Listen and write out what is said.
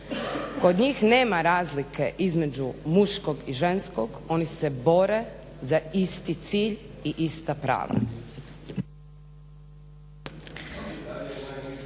Kod njih nema razlike između muškog i ženskog, oni se bore za isti cilj i ista prava.